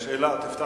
נפתח